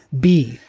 b,